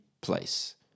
place